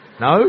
No